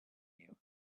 you